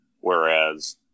whereas